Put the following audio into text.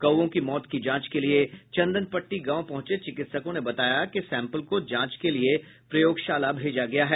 कौओं की मौत की जांच के लिए चंदनपट्टी गांव पहुंचे चिकित्सों ने बताया कि सैम्पल को जांच के लिए प्रयोगशाला भेजा गया है